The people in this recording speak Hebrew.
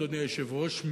אדוני היושב-ראש,